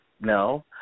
no